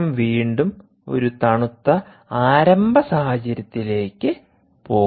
system വീണ്ടും ഒരു തണുത്ത ആരംഭ സാഹചര്യത്തിലേക്ക് പോകുന്നു